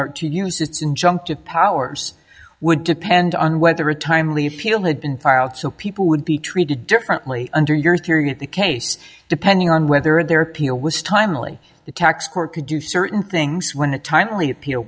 or to use it's in jumped to powers would depend on whether a timely appeal had been filed so people would be treated differently under your theory at the case depending on whether their appeal was timely the tax court could do certain things when a timely appeal